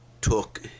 took